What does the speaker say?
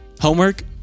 Homework